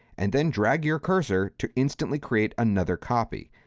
and then drag your cursor to instantly create another copy.